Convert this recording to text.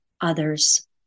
others